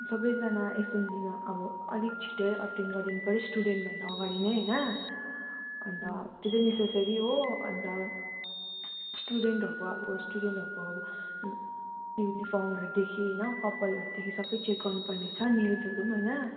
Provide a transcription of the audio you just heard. सबैजना एसेम्बलीमा अब अलिक छिट्टै अटेन गरिदिनुपऱ्यो स्टुडेन्टभन्दा अगाडि नै होइन अन्त त्यो चाहिँ नेससरी हो अन्त स्टुडेन्टहरूको अब स्टुडेन्टहरूको अब युनिफर्महरूदेखि होइन कपालहरूदेखि सबै चेक गर्नु पर्नेछ नेल्सहरू पनि होइन